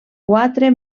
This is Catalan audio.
quatre